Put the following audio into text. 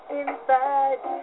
inside